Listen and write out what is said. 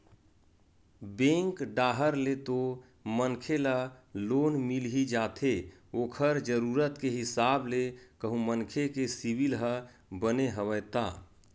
bank डाहर ले तो मनखे ल लोन मिल ही जाथे ओखर जरुरत के हिसाब ले कहूं मनखे के सिविल ह बने हवय ता